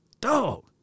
dog